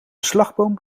slagboom